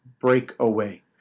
breakaway